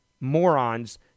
morons